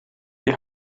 die